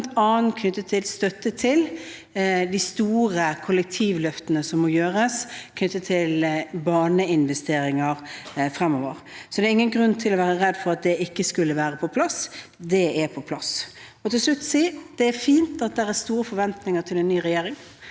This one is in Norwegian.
i forbindelse med støtte til de store kollektivløftene som må gjøres knyttet til baneinvesteringer fremover. Så det er ingen grunn til å være redd for at det ikke skulle være på plass – det er på plass. Så vil jeg til slutt si: Det er fint at det er store forventninger til en ny regjering.